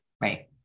Right